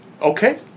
Okay